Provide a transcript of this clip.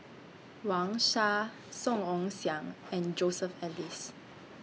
Wang Sha Song Ong Siang and Joseph Elias